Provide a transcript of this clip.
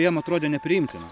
jiem atrodė nepriimtina